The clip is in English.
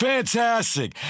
Fantastic